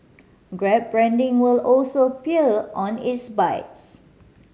grab branding will also appear on its bikes